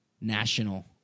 National